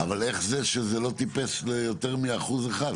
אבל איך זה שזה לא טיפס ליותר מאחוז אחד?